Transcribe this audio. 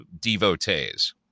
devotees